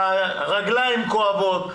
הרגליים כואבות,